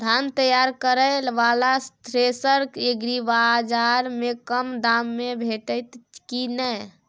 धान तैयार करय वाला थ्रेसर एग्रीबाजार में कम दाम में भेटत की नय?